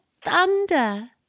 thunder